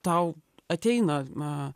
tau ateina